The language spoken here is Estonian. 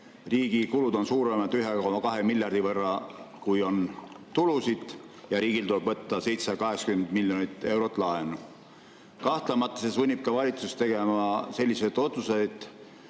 Riigi kulud on suuremad 1,2 miljardi võrra, kui on tulusid. Ja riigil tuleb võtta 780 miljonit eurot laenu. Kahtlemata sunnib see valitsust tegema selliseid otsuseid,